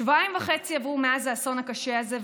שבועיים וחצי עברו מאז האסון הקשה הזה,